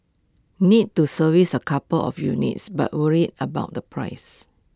need to service A couple of units but worried about the price